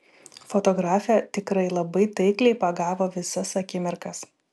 fotografė tikrai labai taikliai pagavo visas akimirkas